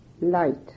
light